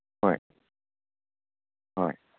ꯍꯣꯏ ꯍꯣꯏ